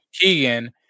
Keegan